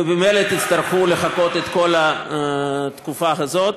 וממילא תצטרכו לחכות את כל התקופה הזאת.